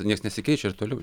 nieks nesikeičia ir toliau